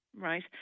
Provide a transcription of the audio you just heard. right